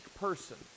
person